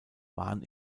waren